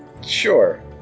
Sure